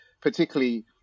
particularly